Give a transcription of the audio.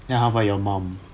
ya how about your mum